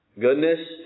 Goodness